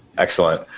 Excellent